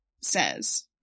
says